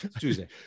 Tuesday